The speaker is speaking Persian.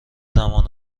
زمان